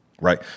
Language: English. right